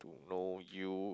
to know you